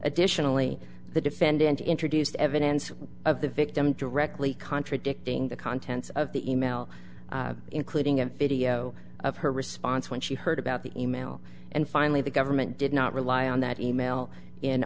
additionally the defendant introduced evidence of the victim directly contradicting the contents of the e mail including a video of her response when she heard about the e mail and finally the government did not rely on that e mail